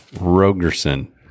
Rogerson